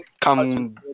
come